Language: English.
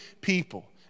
people